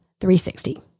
360